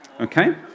Okay